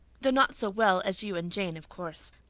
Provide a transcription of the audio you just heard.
though not so well as you and jane of course.